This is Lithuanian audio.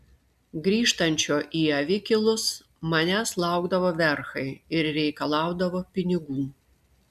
grįžtančio į avikilus manęs laukdavo verchai ir reikalaudavo pinigų